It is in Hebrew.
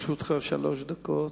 לרשותך שלוש דקות.